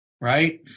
right